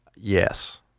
Yes